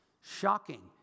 Shocking